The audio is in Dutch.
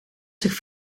zich